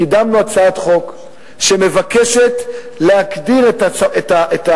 קידמנו הצעת חוק שמבקשת להגדיר את התנאים